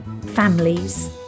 families